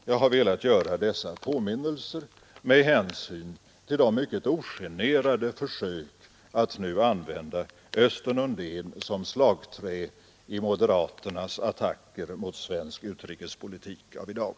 Jag har velat göra dessa påminnelser med hänsyn till de mycket ogenerade försöken att nu använda Östen Undén som slagträ i moderaternas attacker mot svensk utrikespolitik av i dag.